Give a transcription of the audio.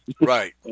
Right